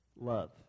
love